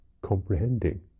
comprehending